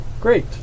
Great